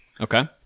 Okay